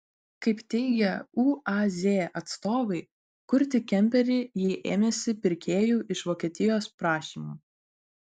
kaip teigia uaz atstovai kurti kemperį jie ėmėsi pirkėjų iš vokietijos prašymu